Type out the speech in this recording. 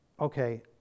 Okay